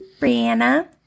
Brianna